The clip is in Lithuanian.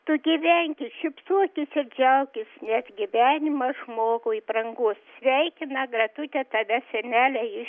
tu gyvenki šypsokis ir džiaukis nes gyvenimas žmogui brangus sveikina gretute tave senelė iš